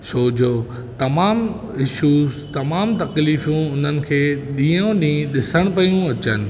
छो जो तमामु इशूज़ तमामु तकलीफ़ियूं उन्हनि खे ॾीहों ॾीहुं ॾिसण पियूं अचनि